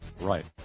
Right